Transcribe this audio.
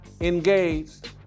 engaged